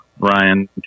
Ryan